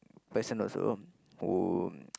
person also who